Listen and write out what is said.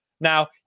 Now